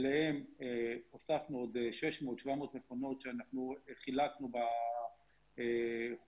אליהן הוספנו עוד 600,700 מכונות שחילקנו בחודשים